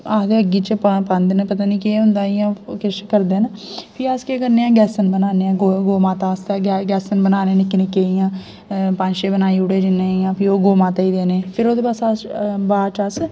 आखदे अग्गी च पांदे पता नि केह् होंदा इंया केश करदे न फ्ही अस केह् करने आं ग्यासन बनाने आं गौ माता आस्तै ग्यासन बनाने निक्के निक्के इयां पंज छे बनाई ओड़े फिर ओह् गौ माता गी देना फिर ओह्दे बाद अस बाद इच अस